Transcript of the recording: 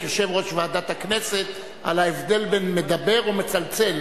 יושב-ראש ועדת הכנסת על ההבדל בין מדבר ומצלצל,